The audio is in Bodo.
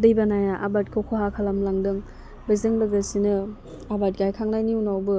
दैबानाया आबादखौ खहा खालामलांदों बेजों लोगोसेनो आबाद गायखांनायनि उनावबो